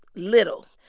little.